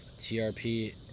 TRP